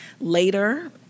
later